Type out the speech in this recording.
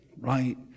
right